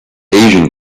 asian